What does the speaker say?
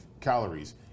calories